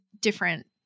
different